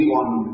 one